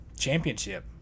championship